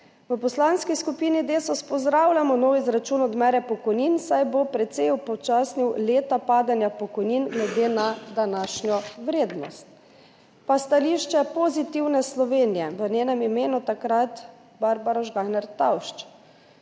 »V Poslanski skupini DeSUS pozdravljamo nov izračun odmere pokojnin, saj bo precej upočasnil leta padanja pokojnin glede na današnjo vrednost.« Pa stališče Pozitivne Slovenije, v njenem imenu takrat Barbara Žgajner Tavš: